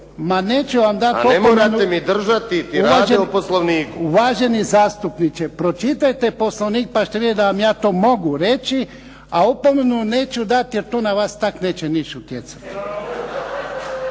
možete mi dati opomenu, a ne morate mi držati tiraže o Poslovniku. **Jarnjak, Ivan (HDZ)** Uvaženi zastupniče, pročitajte Poslovnik, pa ćete vidjeti da vam ja to mogu reći, a opomenu neću dat jer to na vas tako neće ništa utjecati.